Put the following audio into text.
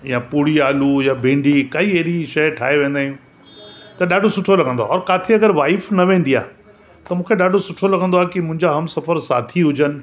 या पूड़ी आलू या भिंडी कई अहिड़ी शइ ठाहे वेंदा आहियूं त ॾाढो सुठो लॻंदो आहे और किथे अगरि वाइफ न वेंदी आहे त मूंखे ॾाढो सुठो लॻंदो आहे की मुंहिंजा हमसफ़र साथी हुजनि